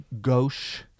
Gauche